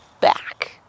back